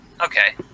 Okay